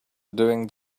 doing